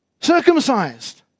circumcised